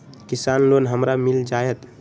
किसान लोन हमरा मिल जायत?